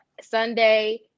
Sunday